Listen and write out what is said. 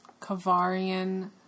Kavarian